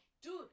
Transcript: Dude